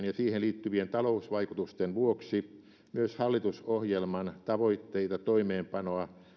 ja siihen liittyvien talousvaikutusten vuoksi myös hallitusohjelman tavoitteita toimeenpanoa